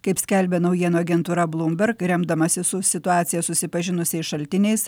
kaip skelbia naujienų agentūra blumberg remdamasi su situacija susipažinusiais šaltiniais